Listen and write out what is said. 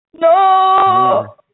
No